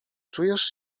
czujesz